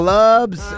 Clubs